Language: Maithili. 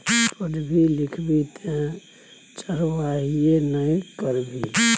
पढ़बी लिखभी नै तँ चरवाहिये ने करभी